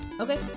Okay